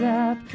up